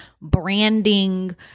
branding